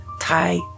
Thai